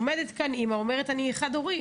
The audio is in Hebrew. עומדת כאן אימא ואומרת: אני חד-הורית.